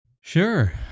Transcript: Sure